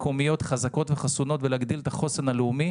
מקומיות חזקות וחסונות ולהגדיל את החוסן הלאומי.